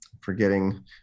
forgetting –